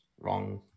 wrong